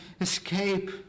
escape